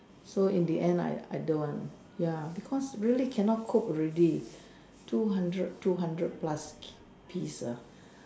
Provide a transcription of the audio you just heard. so in the end I don't want ya because really can not cope already two hundred two hundred plus piece ah